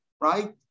right